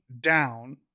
down